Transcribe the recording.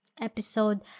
episode